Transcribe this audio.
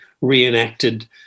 reenacted